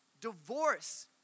divorce